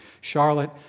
Charlotte